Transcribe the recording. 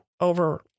Over